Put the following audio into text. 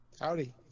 Howdy